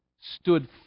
stood